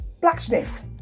Blacksmith